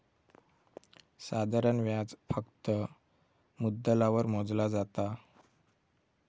साधारण व्याज फक्त मुद्दलावर मोजला जाता